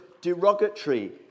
derogatory